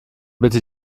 bitte